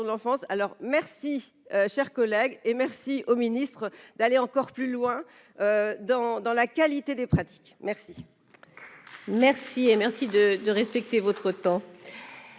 de l'enfance, alors merci, cher collègue et merci au ministre d'aller encore plus loin dans dans la qualité des pratiques merci. Merci, et merci de respecter votre temps.